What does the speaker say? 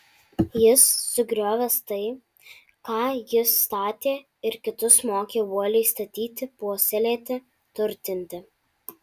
jis sugriovęs tai ką ji statė ir kitus mokė uoliai statyti puoselėti turtinti